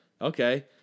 Okay